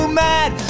mad